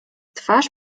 twarz